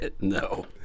No